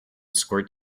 squirt